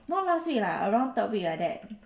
not last week lah around third week like that